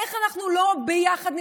איך אנחנו לא נלחמות